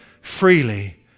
freely